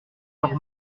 leurs